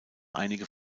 einige